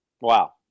wow